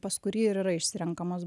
pas kurį ir yra išsirenkamas